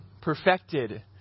perfected